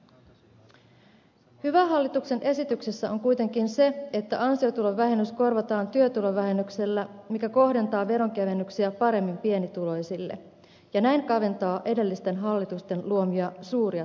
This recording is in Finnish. hyvää hallituksen esityksessä on kuitenkin se että ansiotulovähennys korvataan työtulovähennyksellä mikä kohdentaa veronkevennyksiä paremmin pienituloisille ja näin kaventaa edellisten hallitusten luomia suuria tuloeroja